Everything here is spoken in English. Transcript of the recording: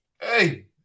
Hey